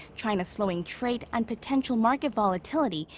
china's slowing trade. and potential market volatility.